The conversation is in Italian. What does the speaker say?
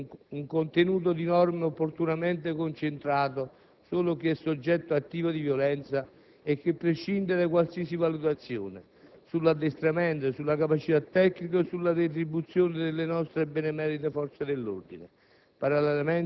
Dunque, un contenuto di norme opportunamente concentrato solo su chi è soggetto attivo di violenza e che prescinde da qualsiasi valutazione sull'addestramento, sulla capacità tecnica o sulla retribuzione delle nostre benemerite forze dell'ordine.